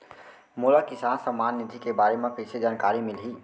मोला किसान सम्मान निधि के बारे म कइसे जानकारी मिलही?